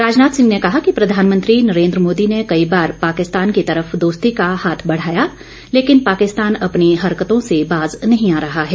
राजनाथ सिंह ने कहा कि प्रधानमंत्री नरेंद्र मोदी ने कई बार पाकिस्तान की तरफ दोस्ती का हाथ बढ़ाया लेकिन पाकिस्तान अपनी हरकतों से बाज नहीं आ रहा है